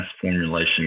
formulation